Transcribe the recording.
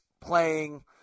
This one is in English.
playing